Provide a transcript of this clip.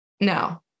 no